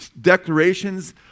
declarations